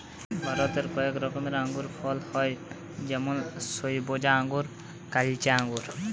ভারতেল্লে কয়েক রকমের আঙুরের ফলল হ্যয় যেমল সইবজা আঙ্গুর, কাইলচা আঙ্গুর